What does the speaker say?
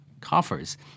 Coffers